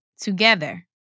together